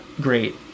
great